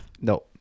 no